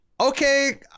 Okay